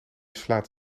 slaat